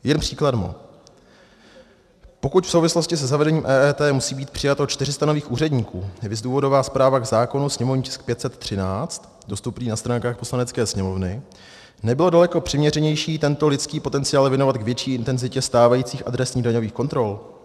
Jen příkladmo: Pokud v souvislosti se zavedením EET musí být přijato 400 nových úředníků, viz důvodová zpráva k zákonu, sněmovní tisk 513, dostupný na stránkách Poslanecké sněmovny, nebylo daleko přiměřenější tento lidský potenciál věnovat k větší intenzitě stávajících adresných daňových kontrol?